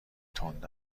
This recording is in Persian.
تند